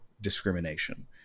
discrimination